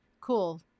Cool